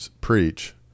preach